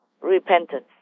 repentance